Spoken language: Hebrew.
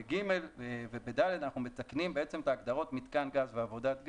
בסעיפים (ג) ו-(ד) אנחנו מתקנים את ההגדרות "מיתקן גז ועבודת גז"